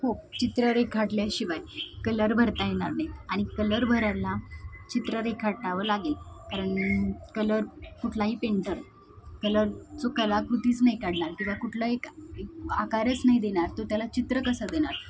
हो चित्र रेखाटल्याशिवाय कलर भरता येणार नाही आणि कलर भरायलाला चित्र रेखाटावं लागेल कारण कलर कुठलाही पेंटर कलर जो कलाकृतीच नाही काढणार किंवा कुठला एक एक आकारच नाही देणार तो त्याला चित्र कसा देणार